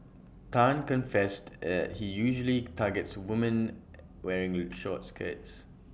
Tan confessed at he usually targets women wearing short skirts